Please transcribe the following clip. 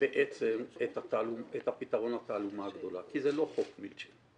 בעצם את הפתרון לתעלומה הגדולה כי זה לא "חוק מילצ'ן".